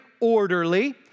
orderly